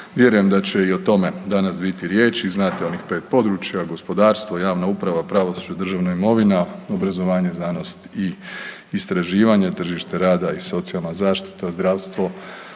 Vjerujem da će i o tome danas biti riječi, znate onih pet područja gospodarstvo, javna uprava, pravosuđe, državna imovina, obrazovanje, znanost i istraživanje, tržište rada i socijalna zaštita, zdravstvo